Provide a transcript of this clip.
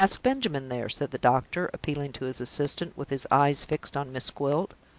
ask benjamin there, said the doctor, appealing to his assistant, with his eyes fixed on miss gwilt.